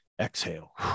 Exhale